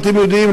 אתם יודעים,